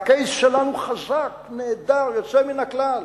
ה-case שלנו חזק, נהדר, יוצא מן הכלל.